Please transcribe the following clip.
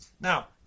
Now